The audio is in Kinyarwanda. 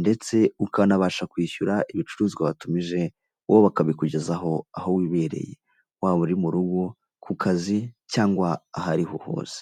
ndetse ukanabasha kwishyura ibicuruzwa watumije bo bakabikugezaho aho wibereye., waba uri mu rugo, ku kazi cyangwa ahariho hose.